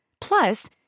Plus